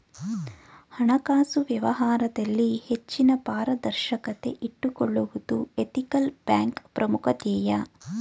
ಹಣಕಾಸು ವ್ಯವಹಾರದಲ್ಲಿ ಹೆಚ್ಚಿನ ಪಾರದರ್ಶಕತೆ ಇಟ್ಟುಕೊಳ್ಳುವುದು ಎಥಿಕಲ್ ಬ್ಯಾಂಕ್ನ ಪ್ರಮುಖ ಧ್ಯೇಯ